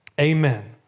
Amen